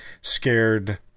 scared